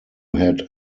had